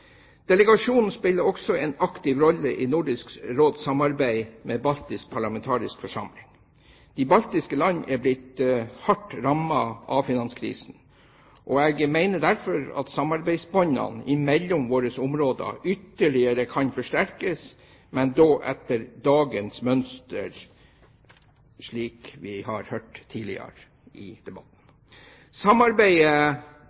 Delegasjonen spiller også en aktiv rolle i Nordisk Råds samarbeid med Baltisk parlamentarisk forsamling. De baltiske land er blitt hardt rammet av finanskrisen, og jeg mener derfor at samarbeidsbåndene mellom våre områder ytterligere kan forsterkes, men da etter dagens mønster, slik vi har hørt tidligere i